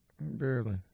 Barely